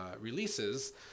releases